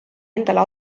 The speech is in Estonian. endale